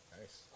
Nice